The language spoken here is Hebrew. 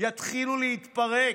יתחילו להתפרק.